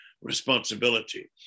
responsibility